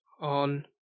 on